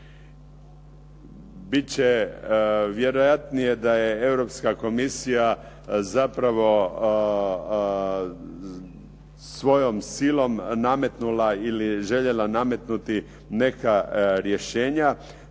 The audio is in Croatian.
Bit će vjerojatnije da je Europska komisija zapravo svojom silom nametnula ili željela nametnuti neka rješenja,